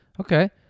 Okay